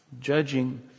Judging